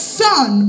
son